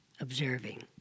observing